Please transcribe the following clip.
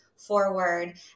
forward